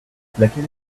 laquelle